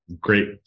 great